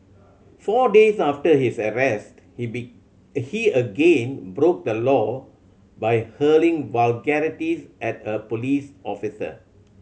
four days after his arrest he be he again broke the law by hurling vulgarities at a police officer